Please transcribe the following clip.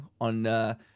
on